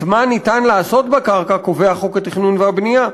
את מה ניתן לעשות בקרקע קובע חוק התכנון והבנייה,